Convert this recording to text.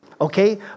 Okay